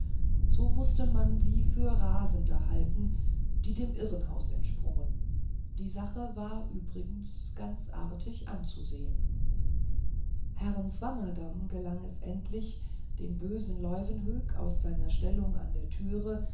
so mußte man sie für rasende halten die dem irrenhause entsprungen die sache war übrigens ganz artig anzusehen herrn swammerdamm gelang es endlich den bösen leuwenhoek aus seiner stellung an der türe